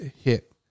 hit